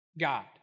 God